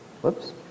Whoops